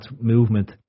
movement